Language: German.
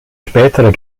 spätere